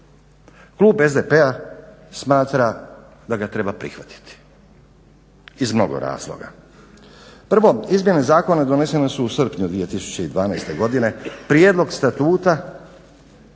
Klub SDP-a smatra da ga treba prihvatiti iz mnogo razloga. Prvo, izmjene zakona donesene su u srpnju 2012.godine, prijedlog statuta